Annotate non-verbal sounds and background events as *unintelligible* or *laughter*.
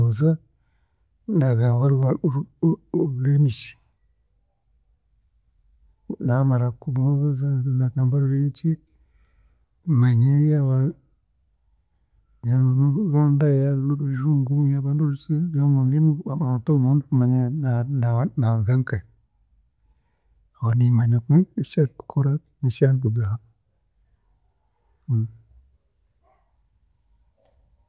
Niimubuuza naagamba o- o- orurimi ki? Naamara kumubuuza naagamba rurimiki manye yaaba n'orujungu, yaaba yaaba n'orunda yaaba n'orujungu yaaba *unintelligible* mbone kumanya naa- naaruga nkahe, aho niimanya *hesitation* ekya ekyarikukora n'ekyarikugamba. *hesitation*